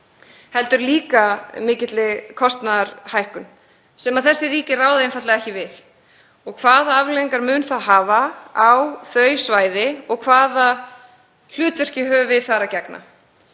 heldur líka mikilli kostnaðarhækkun sem þessi ríki ráða einfaldlega ekki við? Hvaða afleiðingar mun það hafa á þau svæði og hvaða hlutverki höfum við þar að gegna?